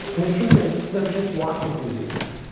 the truth is there's just watch enthusiasts.